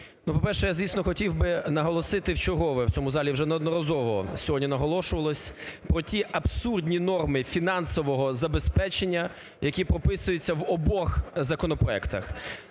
По-перше, я звісно хотів би наголосити, вчергове в цьому зал вже неодноразово сьогодні наголошувалось про ті абсурдні норми фінансового забезпечення, які прописуються в обох законопроектах.